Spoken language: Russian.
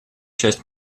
часть